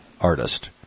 Artist